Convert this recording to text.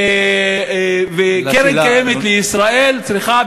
וקרן קיימת לישראל צריכה,